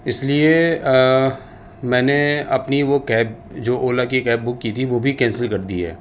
اس لیے میں نے اپنی وہ کیب جو اولا کی کیب بک کی تھی وہ بھی کینسل کر دی ہے